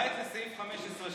למעט סעיף 15,